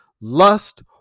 lust